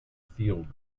field